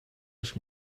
ask